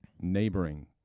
neighboring